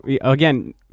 Again